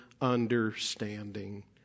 understanding